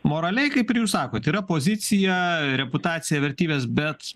moraliai kaip ir jūs sakot yra pozicija reputacija vertybės bet